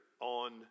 on